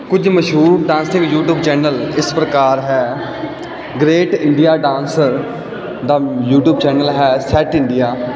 ਕੁਝ ਮਸ਼ਹੂਰ ਟਾਸਕ ਯੂਟੀਊਬ ਚੈਨਲ ਇਸ ਪ੍ਰਕਾਰ ਹੈ ਗਰੇਟ ਇੰਡੀਆ ਡਾਂਸਰ ਦਾ ਯੂਟਿਊਬ ਚੈਨਲ ਹੈ ਸੈਟ ਇੰਡੀਆ